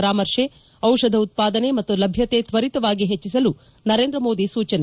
ಪರಾಮರ್ಶೆ ಔಷಧ ಉತ್ಪಾದನೆ ಮತ್ತು ಲಭ್ಯತೆ ತ್ವರಿತವಾಗಿ ಹೆಚ್ಚಿಸಲು ನರೇಂದ್ರ ಮೋದಿ ಸೂಚನೆ